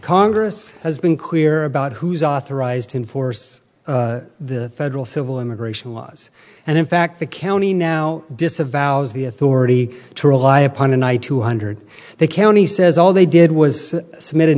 congress has been clear about who's authorized and force the federal civil immigration laws and in fact the county now disavows the authority to rely upon an i two hundred they count he says all they did was submitted